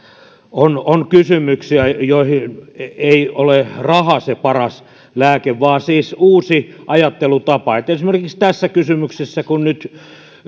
on on kysymyksiä joihin raha ei ole se paras lääke vaan uusi ajattelutapa esimerkiksi tässä kysymyksessä kun nyt